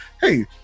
hey